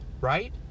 right